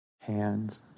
hands